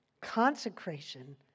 consecration